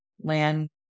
land